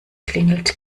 klingelt